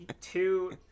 two